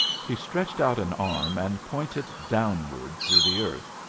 he stretched out an arm and pointed downward through the earth.